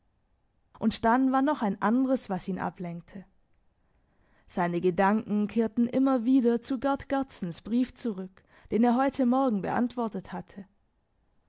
und dann war noch ein andres was ihn ablenkte seine gedanken kehrten immer wieder zu gerd gerdsens brief zurück den er heute morgen beantwortet hatte